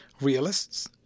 realists